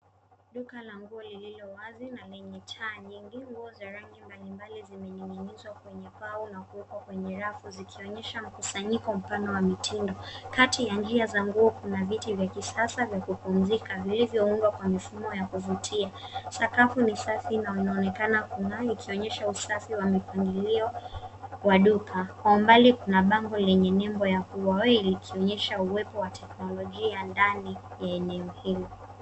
Duka la nguo lililo wazi na lenye taa nyingi, nguo za rangi mbalimbali zimening'inizwa kwenye mbao uko kwenye rafu zikionyesha mkusanyiko mpana wa mitindo. Kati ya njia za nguo kuna viti vya kisasa vya kupumzika vilivyoundwa kwa mifumo ya kuvutia. Sakafu ni safi na inaonekana kung'ara likionyesha usafi wa mipangilio wa duka. Kwa umbali kuna bango yenye nembo ya Huawei likionyesha uwepo wa teknolojia ndani.